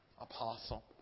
apostle